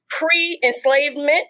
pre-enslavement